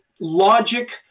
logic